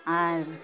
আর